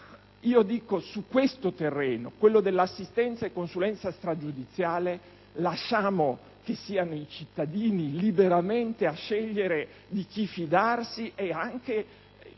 all'albo. Su questo terreno, quello dell'assistenza e consulenza stragiudiziale, lasciamo che siano i cittadini liberamente a scegliere di chi fidarsi; e anche